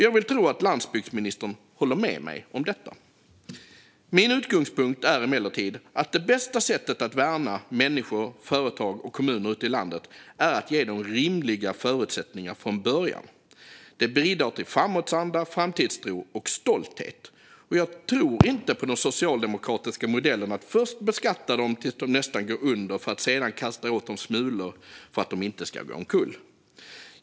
Jag vill tro att landsbygdsministern håller med mig om detta. Min utgångspunkt är emellertid att det bästa sättet att värna människor, företag och kommuner ute i landet är att ge dem rimliga förutsättningar från början. Det bidrar till framåtanda, framtidstro och stolthet. Jag tror inte på den socialdemokratiska modellen att först beskatta dem tills de nästan går under för att sedan kasta åt dem smulor för att de inte ska gå omkull.